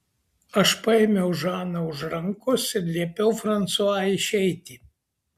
aš paėmiau žaną už rankos ir liepiau fransua išeiti